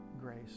grace